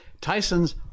Tyson's